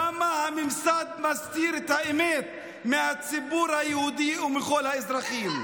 למה הממסד מסתיר את האמת מהציבור היהודי ומכל האזרחים?